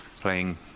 playing